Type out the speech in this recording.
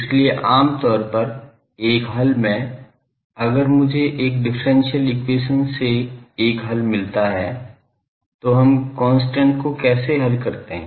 इसलिए आम तौर पर एक हल में अगर मुझे एक डिफरेंशियल एक्वेशन से एक हल मिलता है तो हम कॉन्स्टेंट को कैसे हल करते हैं